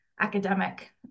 academic